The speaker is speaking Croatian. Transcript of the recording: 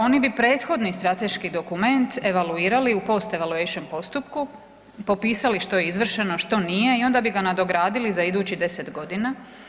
Oni bi prethodni strateški dokument evaluirali u postevolution postupku, popisali što je izvršeno, što nije i onda bi ga nadogradili za idućih 10 godina.